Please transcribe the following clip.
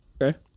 Okay